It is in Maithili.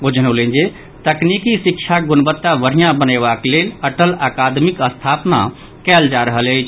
ओ जनौलनि जे तकनीकी शिक्षाक गुणवत्ता बढ़िया बनयबाक लेल अटल अकादमीक स्थापना कयल जा रहल अछि